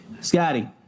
Scotty